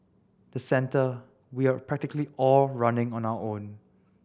the centre we are practically all running on our own